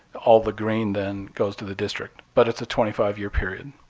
all the green then goes to the district, but it's a twenty five year period.